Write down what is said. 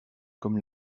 comme